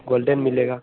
golden मिलेगा